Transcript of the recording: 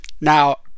now